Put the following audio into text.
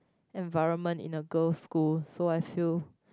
environment in the girl school so I feel